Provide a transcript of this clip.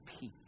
peak